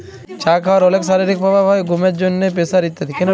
চা খাওয়ার অলেক শারীরিক প্রভাব হ্যয় ঘুমের জন্হে, প্রেসার ইত্যাদি